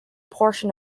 portion